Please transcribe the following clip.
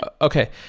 Okay